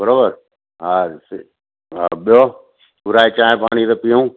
बराबरि हा हा ॿियों घुराए चांहि पाणी त पियूं